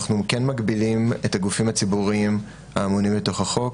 אנחנו כן מגבילים את הגופים הציבוריים האמונים לתוך החוק,